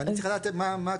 ואני צריך לדעת מה,